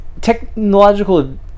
technological